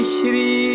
Shri